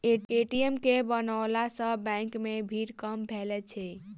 ATM के बनओला सॅ बैंक मे भीड़ कम भेलै अछि